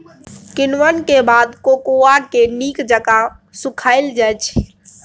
किण्वन के बाद कोकोआ के नीक जकां सुखा लेल जाइ छइ